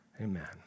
Amen